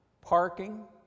Parking